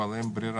אבל אין ברירה.